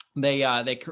they, yeah they,